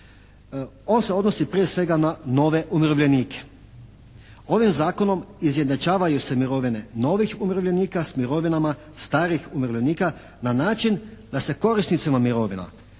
On se odnosi prije svega na nove umirovljenike. Ovim zakonom izjednačavaju se mirovine novih umirovljenika s mirovinama starih umirovljenika na način da se korisnicima mirovina